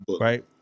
Right